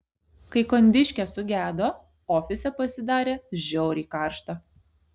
kai kondiškė sugedo ofise pasidarė žiauriai karšta